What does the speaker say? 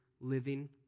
living